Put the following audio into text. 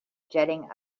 jetting